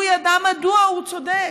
והוא ידע מדוע הוא צודק.